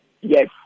Yes